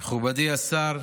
מכובדי השר,